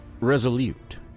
resolute